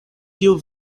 tiu